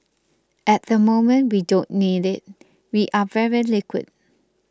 at the moment we don't need it we are very liquid